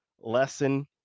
lesson